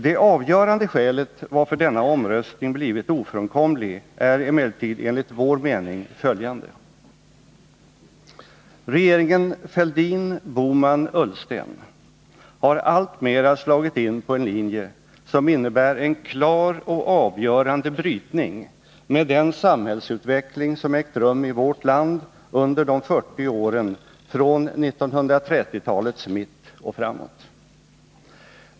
Det avgörande skälet till att denna omröstning blivit ofrånkomlig är emellertid enligt vår mening följande: Regeringen Fälldin-Bohman-Ullsten har alltmera slagit in på en linje som innebär en klar och avgörande brytning med den samhällsutveckling som ägt rum i vårt land under de 40 åren från 1930-talets mitt och framåt.